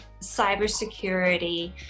cybersecurity